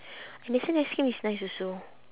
andersen ice cream is nice also